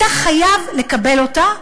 אתה חייב לקבל אותה,